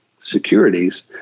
securities